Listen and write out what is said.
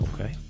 Okay